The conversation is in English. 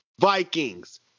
Vikings